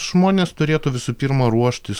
žmonės turėtų visų pirma ruoštis